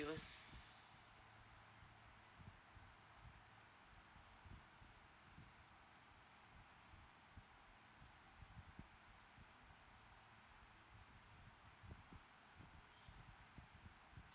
divorce